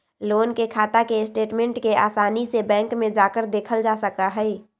loan के खाता के स्टेटमेन्ट के आसानी से बैंक में जाकर देखल जा सका हई